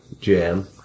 Jam